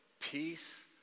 peace